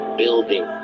building